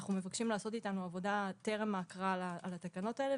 אנחנו מבקשים לעשות איתנו עבודה טרם הקראה על התקנות האלה,